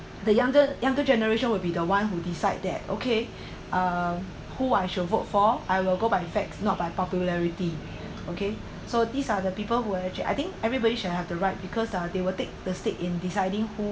the younger younger generation will be the one who decide that okay um who I should vote for I will go by effects not by popularity okay so these are the people who actually I think everybody should have the right because ah they will take the stake in deciding who